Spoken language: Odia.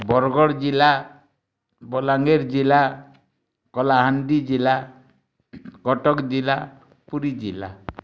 ବରଗଡ଼ ଜିଲ୍ଲା ବଲାଙ୍ଗୀର ଜିଲ୍ଲା କଳାହାଣ୍ଡି ଜିଲ୍ଲା କଟକ ଜିଲ୍ଲା ପୁରୀ ଜିଲ୍ଲା